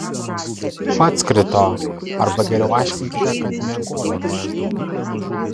pats krito arba geriau aiškinkite kad miegojote